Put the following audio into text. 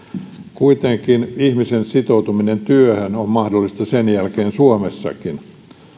kuitenkin ihmisen sitoutuminen työhön on mahdollista sen jälkeen suomessakin